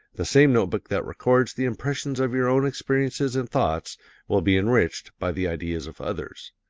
the same note-book that records the impressions of your own experiences and thoughts will be enriched by the ideas of others.